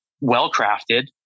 well-crafted